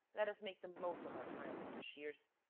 let us make the most of our time, mr. shears,